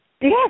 Yes